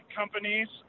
companies